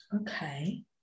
Okay